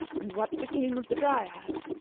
and what became of the dryad,